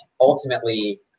ultimately